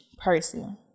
person